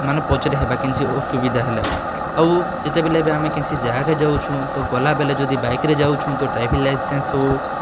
ମାନେ ପଚ୍ରେଇ ହେବା କେନ୍ସି ଅସୁବିଧା ହେଲେ ଆଉ ଯେତେବେଲେ ବି ଆମେ କେନ୍ସି ଜାଗାକେ ଯାଉଛୁଁ ତ ଗଲାବେଲେ ଯଦି ବାଇକ୍ରେ ଯାଉଛୁଁ ତ ଡ଼୍ରାଇଭିଙ୍ଗ୍ ଲାଇସେନ୍ସ୍ ହେଉ